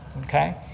okay